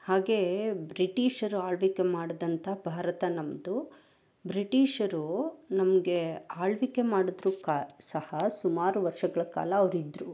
ಹಾಗೇ ಬ್ರಿಟೀಷರು ಆಳ್ವಿಕೆ ಮಾಡಿದಂತ ಭಾರತ ನಮ್ಮದು ಬ್ರಿಟೀಷರು ನಮಗೆ ಆಳ್ವಿಕೆ ಮಾಡಿದ್ರೂ ಕ ಸಹ ಸುಮಾರು ವರ್ಷಗಳ ಕಾಲ ಅವ್ರು ಇದ್ದರು